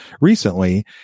recently